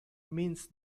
means